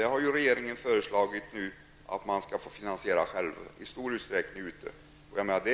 Här har ju regeringen föreslagit att kommunerna själva i stor utsträckning skall vara tvungna att finansiera byggandet.